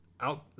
Out